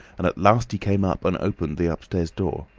and at last he came up and opened the upstairs door.